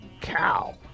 cow